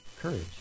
courage